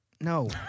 No